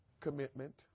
Commitment